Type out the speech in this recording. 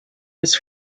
was